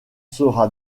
sera